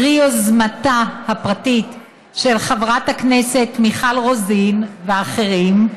פרי יוזמתה הפרטית של חברת הכנסת מיכל רוזין ואחרים,